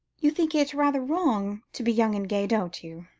you think it rather wrong to be young and gay, don't you?